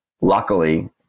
luckily